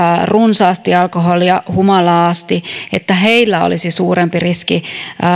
runsaasti alkoholia humalaan asti olisi suurempi riski